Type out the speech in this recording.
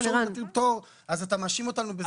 אתה מאשים אותנו?